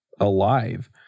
alive